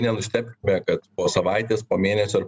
nenustebkime kad po savaitės po mėnesio ar